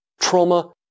trauma